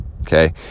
Okay